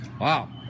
Wow